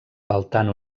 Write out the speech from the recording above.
faltant